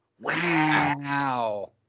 wow